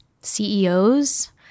CEOs